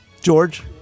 George